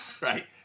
right